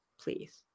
please